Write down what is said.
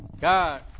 God